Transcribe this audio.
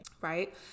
right